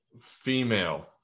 female